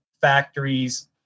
factories